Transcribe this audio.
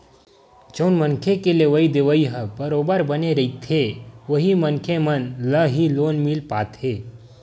जउन मनखे के लेवइ देवइ ह बरोबर बने रहिथे उही मनखे मन ल ही लोन मिल पाथे